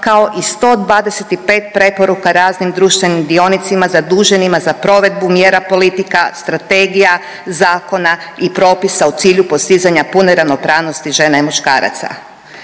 kao i 125 preporuka raznim društvenim dionicima zaduženima za provedbu mjera politika, strategija, zakona i propisa u cilju postizanja pune ravnopravnosti žena i muškaraca.